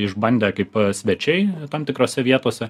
išbandę kaip svečiai tam tikrose vietose